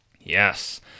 Yes